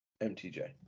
MTJ